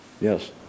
Yes